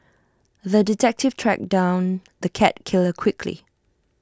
the detective tracked down the cat killer quickly